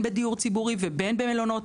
בין בדיור ציבורי ובין במלונות.